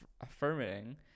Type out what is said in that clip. affirming